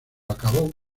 acabó